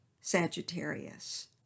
Sagittarius